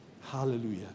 Hallelujah